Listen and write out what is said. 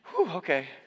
okay